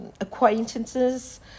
acquaintances